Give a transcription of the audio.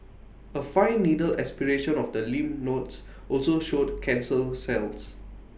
A fine needle aspiration of the lymph nodes also showed cancer cells